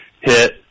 hit